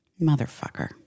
Motherfucker